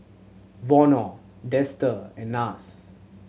Vono Dester and Nars